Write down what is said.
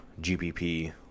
GPP